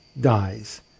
dies